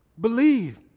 Believe